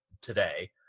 today